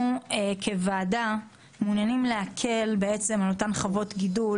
אנחנו כוועדה רוצים להקל על אותן חברות גידול